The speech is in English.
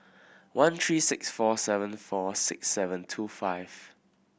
one three six four seven four six seven two five